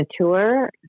tour